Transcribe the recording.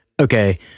okay